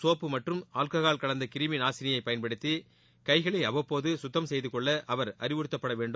soap மற்றும் alcohol கலந்த கிருமி நாசினியை பயன்படுத்தி கைகளை அவ்வப்போது சுத்தம் செய்து கொள்ள அவர் அறிவுறுத்தப்பட வேண்டும்